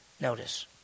Notice